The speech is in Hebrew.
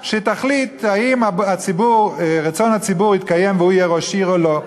שתחליט האם רצון הציבור יתקיים והוא יהיה ראש עיר או לא.